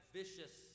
vicious